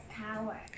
tower